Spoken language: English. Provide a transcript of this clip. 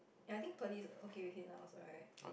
ya I think Pearly is okay with him now also right